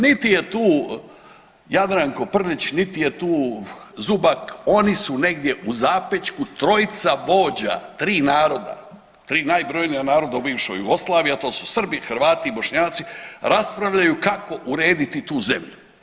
Niti je tu Jadranko Prljić, niti je tu Zubak, oni su negdje u zapečku trojica vođa, tri naroda, tri najbrojnija naroda u bivšoj Jugoslaviji, a to su Srbi, Hrvati i Bošnjaci raspravljaju kako urediti tu zemlju.